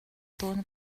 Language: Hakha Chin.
tawn